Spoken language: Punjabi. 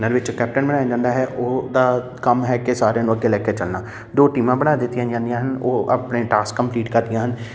ਇਹਦੇ ਵਿੱਚ ਕੈਪਟਨ ਬਣਾਇਆ ਜਾਂਦਾ ਹੈ ਉਹ ਦਾ ਕੰਮ ਹੈ ਕਿ ਸਾਰਿਆਂ ਨੂੰ ਅੱਗੇ ਲੈ ਕੇ ਚੱਲਣਾ ਦੋ ਟੀਮਾਂ ਬਣਾ ਦਿੱਤੀਆਂ ਜਾਂਦੀਆਂ ਹਨ ਉਹ ਆਪਣੇ ਟਾਸਕ ਕੰਪਲੀਟ ਕਰਦੀਆਂ ਹਨ